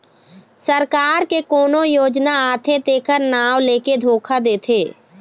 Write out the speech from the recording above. सरकार के कोनो योजना आथे तेखर नांव लेके धोखा देथे